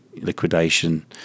liquidation